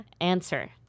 answer